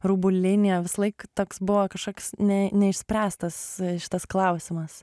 rūbų liniją visąlaik toks buvo kažkoks ne neišspręstas šitas klausimas